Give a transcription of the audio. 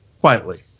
quietly